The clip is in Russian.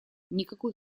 никакой